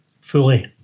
fully